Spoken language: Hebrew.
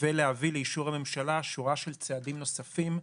ולהביא לאישור הממשלה שורה של צעדים נוספים,